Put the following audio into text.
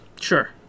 Sure